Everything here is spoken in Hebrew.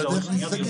הם בדרך להיסגר.